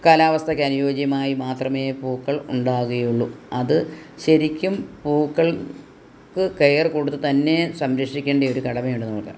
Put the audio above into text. കാലാവസ്ഥക്ക് അനുയോജ്യമായി മാത്രമേ പൂക്കൾ ഉണ്ടാവുകയുള്ളൂ അത് ശരിക്കും പൂക്കൾക്ക് കെയർ കൊടുത്ത് തന്നെ സംരക്ഷിക്കേണ്ട ഒര് കടമയുണ്ട് നമുക്ക്